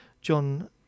John